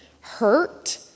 hurt